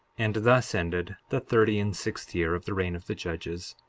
and thus ended the thirty and sixth year of the reign of the judges.